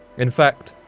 in fact,